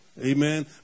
Amen